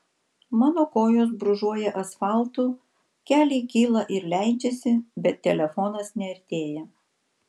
mano kojos brūžuoja asfaltu keliai kyla ir leidžiasi bet telefonas neartėja